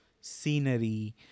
scenery